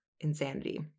insanity